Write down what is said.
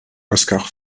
oscar